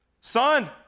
Son